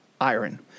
iron